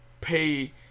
pay